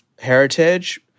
heritage